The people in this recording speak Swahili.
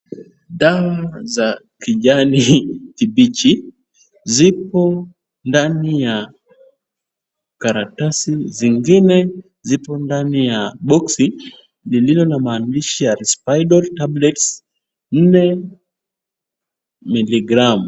Dawa za kijani kibichi zipo ndani ya karatasi, zingine ziko ndani ya boksi lililo na maandishi ya Risperdal tablets nne miligramu.